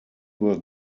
were